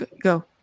go